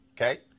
okay